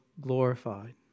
glorified